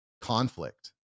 conflict